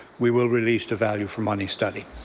we will release the value for money study.